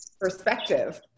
perspective